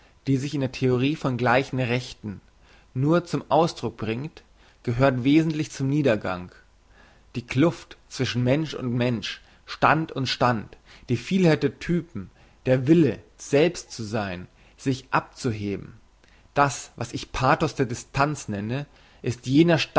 die sich in der theorie von gleichen rechten nur zum ausdruck bringt gehört wesentlich zum niedergang die kluft zwischen mensch und mensch stand und stand die vielheit der typen der wille selbst zu sein sich abzuheben das was ich pathos der distanz nenne ist